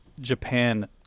Japan